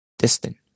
distant